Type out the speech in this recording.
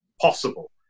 possible